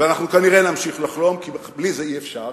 וכנראה נמשיך לחלום, כי בלי זה אי-אפשר,